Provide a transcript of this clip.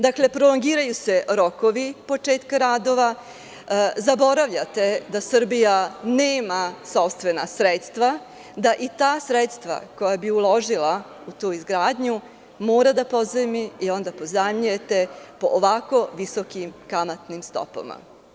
Dakle, prolongiraju se rokovi početka radova, zaboravljate da Srbija nema sopstvena sredstva, da i ta sredstva koja bi uložila u tu izgradnju mora da pozajmi i onda pozajmljujete po ovako visokim kamatnim stopama.